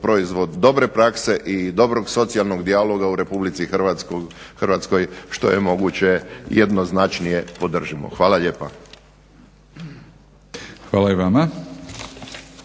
proizvod dobre prakse i dobrog socijalnog dijaloga u Republici Hrvatskoj što je moguće jednoznačnije podržimo. Hvala lijepa. **Batinić,